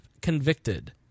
convicted